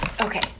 Okay